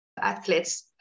athletes